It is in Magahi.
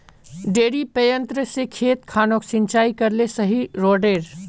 डिरिपयंऋ से खेत खानोक सिंचाई करले सही रोडेर?